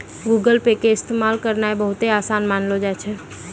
Google pay के इस्तेमाल करनाय बहुते असान मानलो जाय छै